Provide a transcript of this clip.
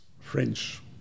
French